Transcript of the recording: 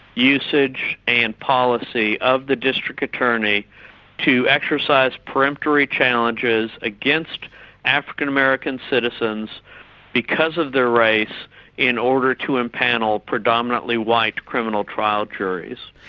usage and policy of the district attorney to exercise pre-emptory challenges against african american citizens because of their race in order to empanel predominantly white criminal trial juries.